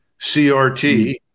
CRT